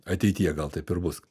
ateityje gal taip ir bus